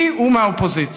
כי הוא מהאופוזיציה.